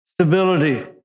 stability